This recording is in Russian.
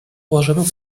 уважаемый